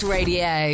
Radio